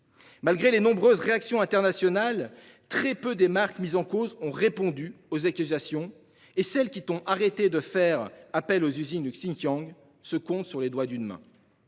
Malgré les nombreuses réactions internationales, très peu des marques mises en cause ont répondu aux accusations, et celles qui ont arrêté de faire appel aux usines du Xinjiang se comptent sur les doigts d'une main.